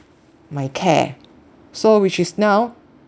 my care so which is now